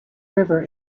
river